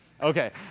okay